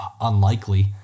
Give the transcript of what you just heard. unlikely